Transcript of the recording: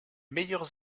meilleurs